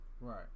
Right